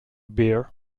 beer